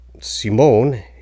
Simone